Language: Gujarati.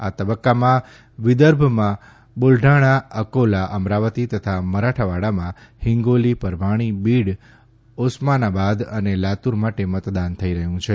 આ તબક્કામાં વિદર્ભમાં બુલ્ઢાણા અકોલા અમરાવતી તથા મરાઠાવાડામાં ફિંગોલી પરભાણી બીડ ઓસમાનાબાદ અને લાતૂર માટે મતદાન થઈ રહ્યું છે